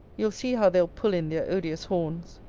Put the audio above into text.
you'll see how they'll pull in their odious horns.